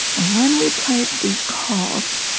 and when we played these calls,